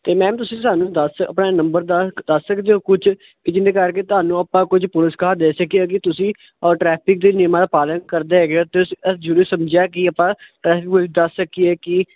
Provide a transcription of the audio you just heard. ਤੇ ਮੈਮ ਤੁਸੀਂ ਸਾਨੂੰ ਦੱਸ ਆਪਣਾ ਨੰਬਰ ਦਾ ਦੱਸ ਸਕਦੇ ਹੋ ਕੁਝ ਕਿ ਜਿੰਵੇਂ ਕਰਕੇ ਤੁਹਾਨੂੰ ਆਪਾਂ ਕੁਝ ਪੁਰਸਕਾਰ ਦੇ ਸਕੀਏ ਕਿ ਤੁਸੀਂ ਟਰੈਫਿਕ ਦੇ ਨਿਯਮਾਂ ਦਾ ਪਾਲਣ ਕਰਦੇ ਹੈਗੇ ਤੇ ਜਰੂਰੀ ਸਮਝਿਆ ਕੀ ਆਪਾਂ ਟ੍ਰੈਫਿਕ ਪੁਲਿਸ ਦੱਸ ਸਕੀਏ ਕੀ